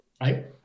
right